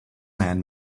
man